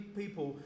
people